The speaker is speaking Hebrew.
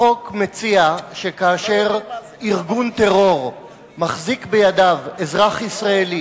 החוק מציע שכאשר ארגון טרור מחזיק בידיו אזרח ישראלי